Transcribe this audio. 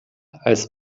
als